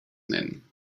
nennen